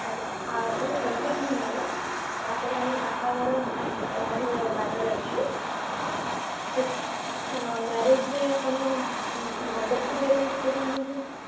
ଆଜ୍ଞା ସେଇଟା ଏନ୍ଗେଜ୍ମେଣ୍ଟ୍ ଗଲା ତା'ପରେ ଆମର ବାହାଘର ମାର୍ଚ୍ଚ୍ ବାର ବାରରେ ଅଛି ମ୍ୟାରେଜ୍ରେ ଆପଣ ମଣ୍ଡପ ସଜାଇବା ପାଇଁ କେତେ କ'ଣ ନେଉଛନ୍ତି